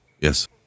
Yes